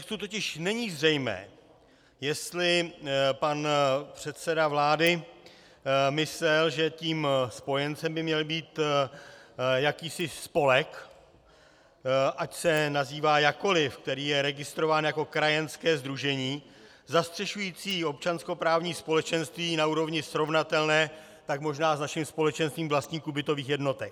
Z textu totiž není zřejmé, jestli pan předseda vlády myslel, že tím spojencem by měl být jakýsi spolek, ať se nazývá jakkoli, který je registrován jako krajanské sdružení zastřešující občanskoprávní společenství na úrovni srovnatelné tak možná s naším společenstvím vlastníků bytových jednotek.